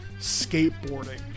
skateboarding